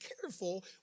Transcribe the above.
careful